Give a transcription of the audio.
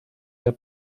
der